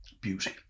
beauty